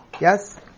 Yes